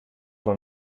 voor